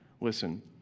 Listen